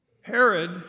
Herod